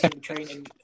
training